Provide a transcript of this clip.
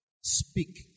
Speak